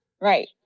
Right